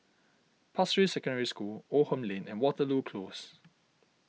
Pasir Ris Secondary School Oldham Lane and Waterloo Close